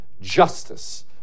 justice